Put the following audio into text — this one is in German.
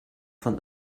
von